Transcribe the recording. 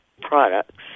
products